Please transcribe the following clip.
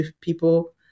people